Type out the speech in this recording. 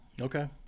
Okay